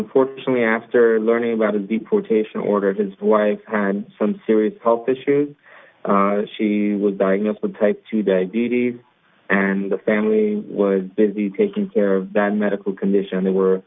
unfortunately after learning about the deportation orders his wife had some serious health issues she was diagnosed with type two diabetes and the family was busy taking care of that medical condition they were